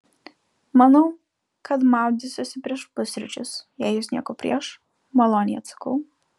manau kad maudysiuosi prieš pusryčius jei jūs nieko prieš maloniai atsakau